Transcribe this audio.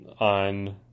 on